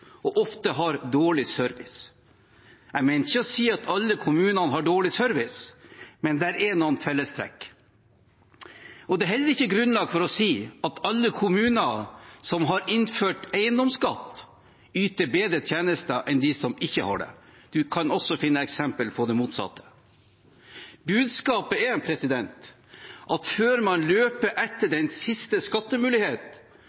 og ofte har dårlig service. Jeg mener ikke å si at alle kommuner har dårlig service, men det er noen fellestrekk. Det er heller ikke grunnlag for å si at alle kommuner som har innført eiendomsskatt, yter bedre tjenester enn de som ikke har det. Man kan også finne eksempler på det motsatte. Budskapet er at før man løper etter